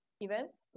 events